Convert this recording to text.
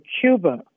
Cuba